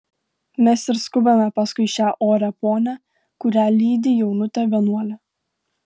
mes ir skubame paskui šią orią ponią kurią lydi jaunutė vienuolė